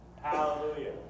Hallelujah